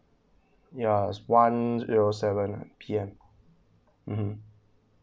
ya is one zero seven P_M mmhmm